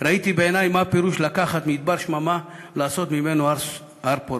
וראיתי בעיני מה הפירוש לקחת מדבר שממה ולעשות ממנו הר פורח.